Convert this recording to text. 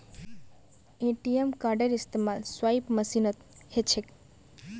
ATM कार्डेर इस्तमाल swipe मशीनत ह छेक